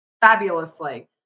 fabulously